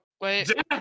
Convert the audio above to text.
Wait